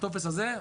הטופס הזה,